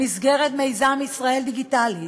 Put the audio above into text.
במסגרת מיזם "ישראל דיגיטלית",